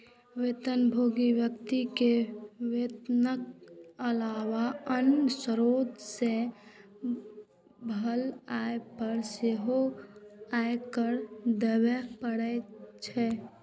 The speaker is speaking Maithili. वेतनभोगी व्यक्ति कें वेतनक अलावा आन स्रोत सं भेल आय पर सेहो आयकर देबे पड़ै छै